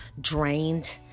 drained